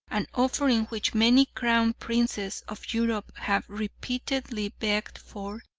an offering which many crown princes of europe have repeatedly begged for,